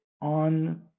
on